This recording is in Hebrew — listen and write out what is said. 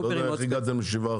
לא יודע איך הגעתם ל -7%.